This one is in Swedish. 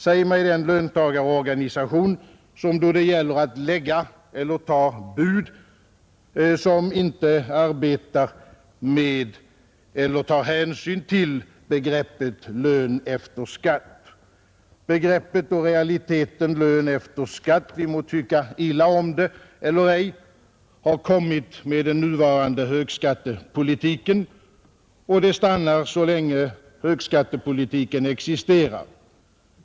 Säg mig den löntagarorganisation som då det gäller att lägga eller ta bud inte arbetar med eller tar hänsyn till begreppet lön efter skatt. Begreppet och realiteten lön efter skatt — man må tycka illa om det eller ej — har kommit med den nuvarande högskattepolitiken, och det stannar så länge högskattepolitiken existerar.